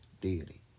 deity